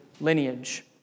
lineage